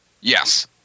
Yes